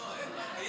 לא, לא, היה כבר.